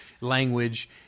language